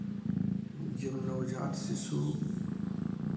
जब नवजात शिशु